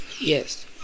Yes